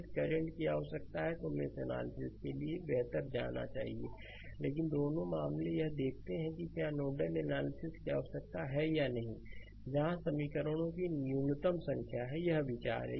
यदि करंट की आवश्यकता होती है तो मेश एनालिसिस के लिए बेहतर जाना चाहिए लेकिन दोनों मामले यह देखते हैं कि क्या नोडल एनालिसिस की आवश्यकता है या नहीं जहां समीकरणों की न्यूनतम संख्या है यह विचार है